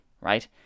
right